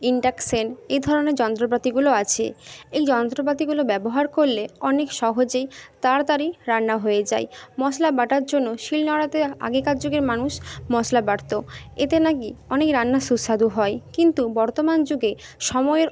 induction এ ধরনের যন্ত্রপাতিগুলো আছে এই যন্ত্রপাতিগুলো ব্যবহার করলে অনেক সহজেই তাড়াতাড়ি রান্না হয়ে যায় মশলা বাটার জন্য শিলনোড়াতে আগেকার যুগের মানুষ মশলা বাটতো এতে না কি অনেক রান্না সুস্বাদু হয় কিন্তু বর্তমান যুগে সময়ের